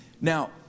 Now